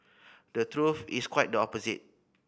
the truth is quite the opposite